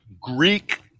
Greek